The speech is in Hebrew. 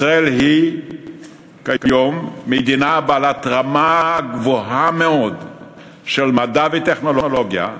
ישראל היא כיום מדינה בעלת רמה גבוהה מאוד של מדע וטכנולוגיה,